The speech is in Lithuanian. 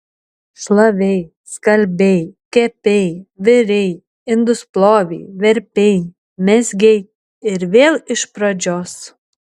šlavei skalbei kepei virei indus plovei verpei mezgei ir vėl iš pražios